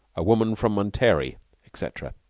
a woman from monterey, etc.